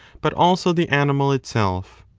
but also the animal itself.